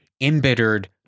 embittered